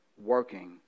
working